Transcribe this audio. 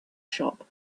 shop